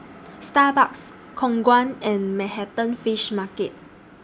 Starbucks Khong Guan and Manhattan Fish Market